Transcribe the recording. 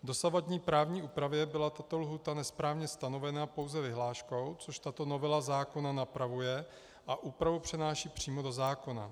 V dosavadní právní úpravě byla tato lhůta nesprávně stanovena pouze vyhláškou, což tato novela zákona napravuje a úpravu přináší přímo do zákona.